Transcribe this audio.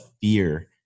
fear